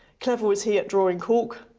clever was he at drawing cork,